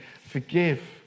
Forgive